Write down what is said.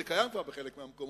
זה כבר קיים בחלק מהמקומות,